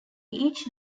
each